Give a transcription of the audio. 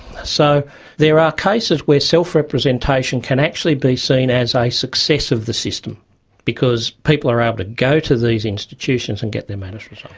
so there are cases where self-representation can actually be seen as a success of the system because people are able to go to these institutions and get their matters resolved.